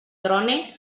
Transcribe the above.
trone